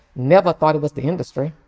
never thought it was the industry.